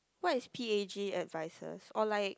what is p_a_g advisors or like